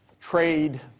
Trade